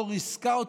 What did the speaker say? לא ריסקה,